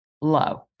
low